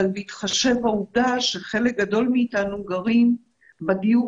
אבל בהתחשב בעובדה שחלק גדול מאתנו גרים בדיור